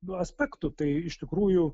aspektų tai iš tikrųjų